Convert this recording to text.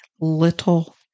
little